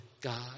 God